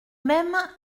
même